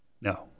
no